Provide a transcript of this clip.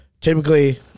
typically